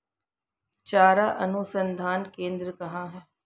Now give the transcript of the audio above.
चारा अनुसंधान केंद्र कहाँ है?